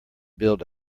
build